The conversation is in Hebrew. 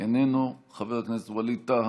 לא נמצאת, חבר הכנסת סעיד אלחרומי,